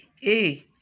Hey